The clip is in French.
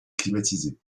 climatisée